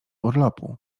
urlopu